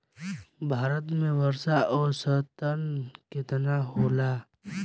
भारत में वर्षा औसतन केतना होला?